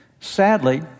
Sadly